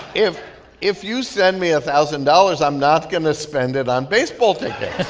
if if you send me a thousand dollars, i'm not going to spend it on baseball tickets